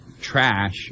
trash